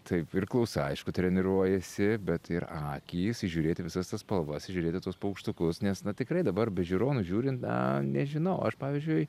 taip ir klausa aišku treniruojasi bet ir akys įžiūrėti visas tas spalvas įžiūrėti tuos paukštukus nes na tikrai dabar be žiūronų žiūrint na nežinau aš pavyzdžiui